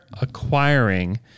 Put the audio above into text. acquiring